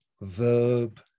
verb